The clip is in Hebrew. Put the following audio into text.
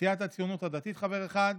סיעת הציונות הדתית, חבר אחד,